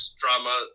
drama